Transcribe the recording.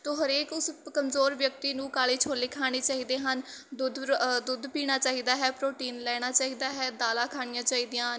ਅਤੇ ਹਰੇਕ ਉਸ ਕਮਜ਼ੋਰ ਵਿਅਕਤੀ ਨੂੰ ਕਾਲੇ ਛੋਲੇ ਖਾਣੇ ਚਾਹੀਦੇ ਹਨ ਦੁੱਧ ਦੁੱਧ ਪੀਣਾ ਚਾਹੀਦਾ ਹੈ ਹਨ ਦੁੱਧ ਪੀਣਾ ਚਾਹੀਦਾ ਹੈ ਪ੍ਰੋਟੀਨ ਲੈਣਾ ਚਾਹੀਦਾ ਹੈ ਦਾਲਾਂ ਖਾਣੀਆਂ ਚਾਹੀਦੀਆਂ ਹਨ